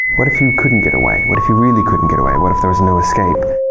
what if you couldn't get away? what if you really couldn't get away? what if there was no escape?